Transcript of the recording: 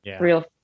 real